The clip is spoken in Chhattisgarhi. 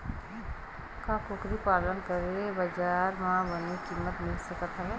का कुकरी पालन करके बजार म बने किमत मिल सकत हवय?